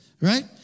right